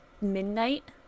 midnight